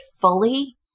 fully